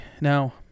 Now